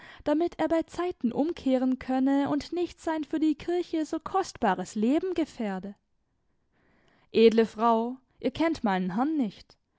damit er beizeiten umkehren könne und nicht sein für die kirche so kostbares leben gefährde edle frau ihr kennt meinen herrn nicht